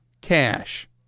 cash